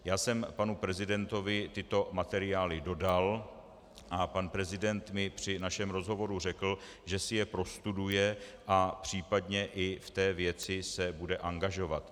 Já jsem panu prezidentovi tyto materiály dodal a pan prezident mi při našem rozhovoru řekl, že si je prostuduje a případně i v té věci se bude angažovat.